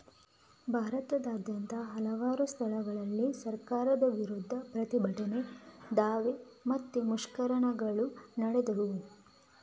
ಭಾರತದಾದ್ಯಂತ ಹಲವಾರು ಸ್ಥಳಗಳಲ್ಲಿ ಸರ್ಕಾರದ ವಿರುದ್ಧ ಪ್ರತಿಭಟನೆ, ದಾವೆ ಮತ್ತೆ ಮುಷ್ಕರಗಳು ನಡೆದವು